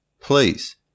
Please